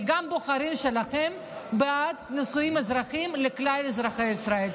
כי גם הבוחרים שלכם בעד נישואי אזרחיים לכלל אזרחי ישראל.